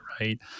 right